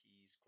keys